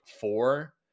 four